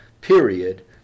period